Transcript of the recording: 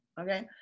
Okay